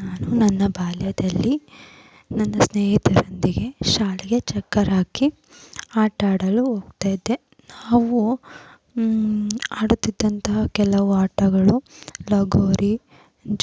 ನಾನು ನನ್ನ ಬಾಲ್ಯದಲ್ಲಿ ನನ್ನ ಸ್ನೇಹಿತರೊಂದಿಗೆ ಶಾಲೆಗೆ ಚಕ್ಕರ್ ಹಾಕಿ ಆಟ ಆಡಲು ಹೋಗ್ತಾಯಿದ್ದೆ ನಾವು ಆಡುತ್ತಿದ್ದಂತಹ ಕೆಲವು ಆಟಗಳು ಲಗೋರಿ